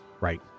Right